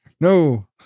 No